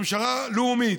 ממשלה לאומית,